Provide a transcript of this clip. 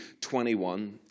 21